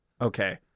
Okay